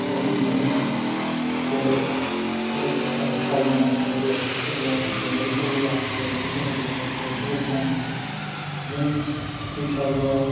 आरो बिदिनो बेलेक बेलेक जार हारिनि मानसिफोरा बेलेक सोरबा बेंगलिफोरबो दं बेंगलिफोरा दुरगा फुजा बेफोरबायदि मानियो जों बैसागुवाव